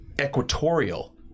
equatorial